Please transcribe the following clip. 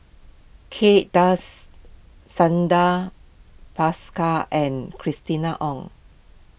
Kay Das Bhaskar and Christina Ong